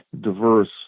diverse